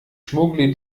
schmuggle